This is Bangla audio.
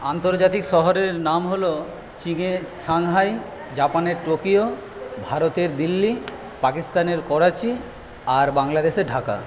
আন্তর্জাতিক শহরের নাম হল চিনের সাংহাই জাপানের টোকিও ভারতের দিল্লি পাকিস্তানের করাচি আর বাংলাদেশের ঢাকা